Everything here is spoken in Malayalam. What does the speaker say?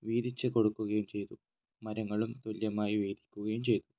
വീതിച്ച് കൊടുക്കുകയും ചെയ്തു മരങ്ങളും തുല്യമായി വീതിക്കുകയും ചെയ്തു